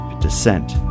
descent